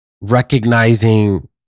recognizing